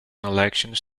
elections